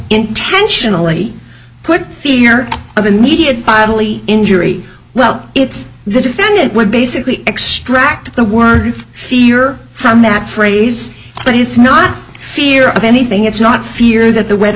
intentionally put the fear of immediate bodily injury well it's the defendant would basically extract the word fear from that phrase but it's not fear of anything it's not fear that the weather